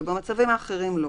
ובמצבים האחרים לא.